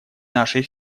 нашей